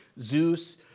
Zeus